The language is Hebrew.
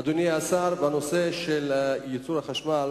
אדוני השר, בנושא של ייצור החשמל